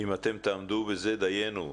אם אתם תעמדו בזה - דיינו.